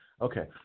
Okay